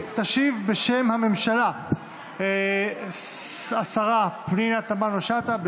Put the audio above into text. תשיב בשם הממשלה השר פנינה תמנו שטה.